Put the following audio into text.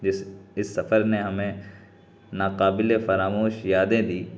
اس اس سفر نے ہمیں ناقابل فراموش یادیں دی